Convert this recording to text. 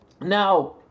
now